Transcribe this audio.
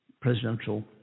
presidential